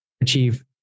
achieve